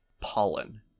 pollen